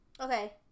Okay